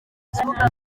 kibuga